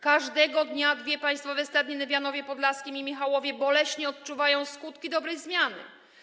Każdego dnia dwie państwowe stadniny w Janowie Podlaskim i Michałowie boleśnie odczuwają skutki „dobrej zmiany”